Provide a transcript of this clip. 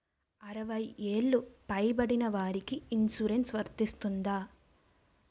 అరవై ఏళ్లు పై పడిన వారికి ఇన్సురెన్స్ వర్తిస్తుందా?